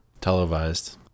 Televised